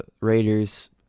Raiders